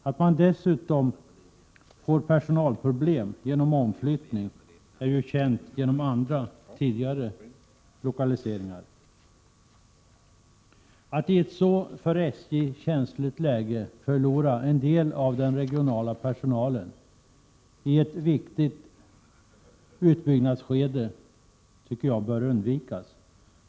Att man dessutom kommer att få personalproblem genom omflyttningen är känt genom andra tidigare utlokaliseringar. Att i ett för SJ så känsligt läge förlora en del av den regionala personalen i ett viktigt utbyggnadsskede bör undvikas.